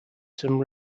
some